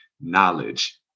knowledge